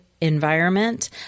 environment